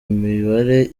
mibare